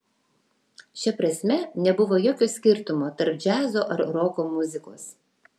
šia prasme nebuvo jokio skirtumo tarp džiazo ar roko muzikos